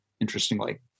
Interestingly